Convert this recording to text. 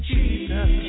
Jesus